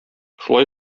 шулай